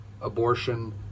abortion